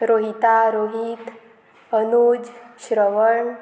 Rohita Rohit Anuj Shravan